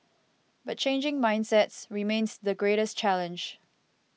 but changing mindsets remains the greatest challenge